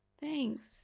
Thanks